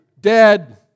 dead